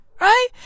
Right